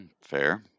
Fair